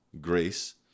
Grace